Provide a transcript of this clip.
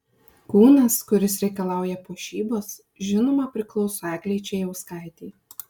kūnas kuris reikalauja puošybos žinoma priklauso eglei čėjauskaitei